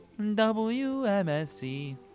WMSC